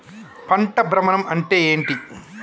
పంట భ్రమణం అంటే ఏంటి?